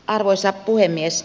arvoisa puhemies